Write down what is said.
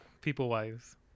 People-wise